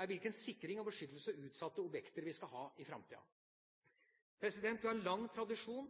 er hvilken sikring og beskyttelse av utsatte objekter vi skal ha i framtida: Vi har lang tradisjon